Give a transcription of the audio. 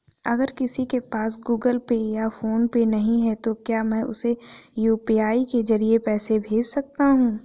अगर किसी के पास गूगल पे या फोनपे नहीं है तो क्या मैं उसे यू.पी.आई के ज़रिए पैसे भेज सकता हूं?